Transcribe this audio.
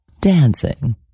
Dancing